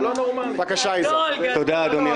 תודה, אדוני